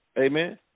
Amen